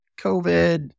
COVID